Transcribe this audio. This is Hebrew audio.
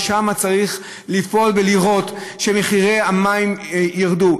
ושם צריך לפעול ולראות שמחירי המים ירדו.